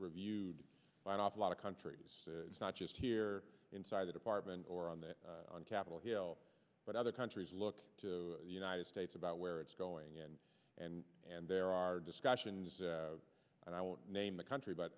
reviewed by an awful lot of countries not just here inside the department or on the on capitol hill but other countries look united states about where it's going in and and there are discussions and i won't name a country but